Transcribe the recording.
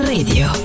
Radio